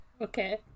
okay